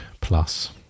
plus